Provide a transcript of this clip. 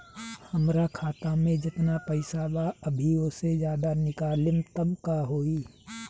हमरा खाता मे जेतना पईसा बा अभीओसे ज्यादा निकालेम त का होई?